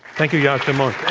thank you yascha mounk.